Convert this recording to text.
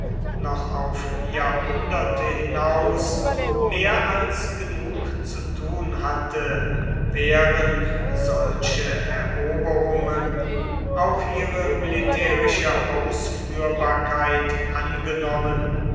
noch auf jahrhunderte hinaus mehr als genug zu tun hatte wären solche eroberungen auch ihre militärische ausführbarkeit angenommen